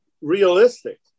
realistic